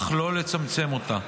אך לא לצמצם אותה.